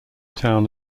town